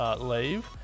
leave